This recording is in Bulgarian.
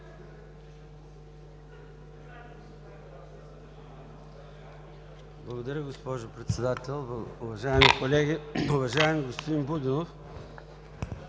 Благодаря, госпожо Председател. Уважаеми колеги! Уважаеми господин Будинов,